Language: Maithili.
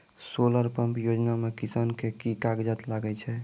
सोलर पंप योजना म किसान के की कागजात लागै छै?